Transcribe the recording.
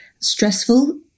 stressful